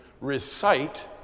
recite